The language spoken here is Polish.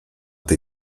tej